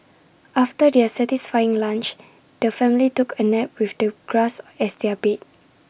after their satisfying lunch the family took A nap with the grass as their bed